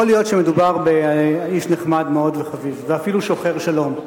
יכול להיות שמדובר באיש נחמד מאוד וחביב ואפילו שוחר שלום.